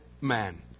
man